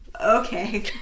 okay